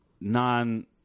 non